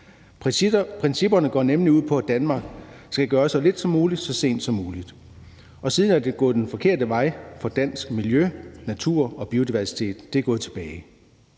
Principperne går nemlig ud på, at Danmark skal gøre så lidt som muligt så sent som muligt, og siden er det gået den forkerte vej for dansk miljø, natur og biodiversitet. Det er gået tilbage.